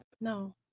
No